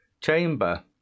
chamber